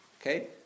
Okay